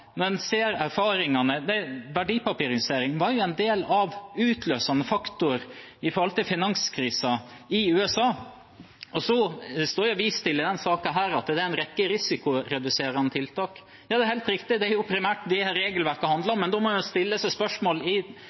Verdipapirisering var jo en del av den utløsende faktor i forbindelse med finanskrisen i USA. Så er det vist til i denne saken at det er en rekke risikoreduserende tiltak. Ja, det er helt riktig, det er jo primært det regelverket handler om. Men da må en jo stille seg spørsmålet i utgangspunktet: Er dette et regelverk som vi har behov for i